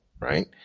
right